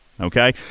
okay